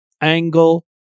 Angle